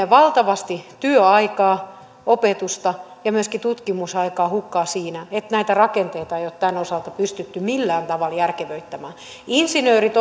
valtavasti työaikaa opetusta ja myöskin tutkimusaikaa hukkaan siinä että näitä rakenteita ei ole tämän osalta pystytty millään tavalla järkevöittämään insinöörit